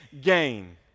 gain